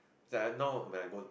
it's like now when I go